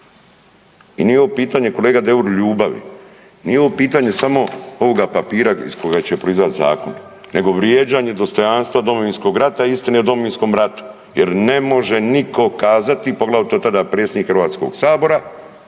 i nije ovo pitanje kolega Deur ljubavi, nije ovo pitanje samo ovoga papira iz kojeg će proizaći zakon, nego vrijeđanje dostojanstva Domovinskog rata i istine o Domovinskom ratu, jer ne može nitko kazati, poglavito tada predsjednik Hrvatskog sabora